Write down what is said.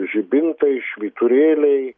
žibintai švyturėliai